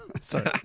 Sorry